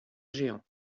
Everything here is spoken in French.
géant